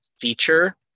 feature